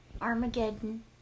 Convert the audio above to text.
Armageddon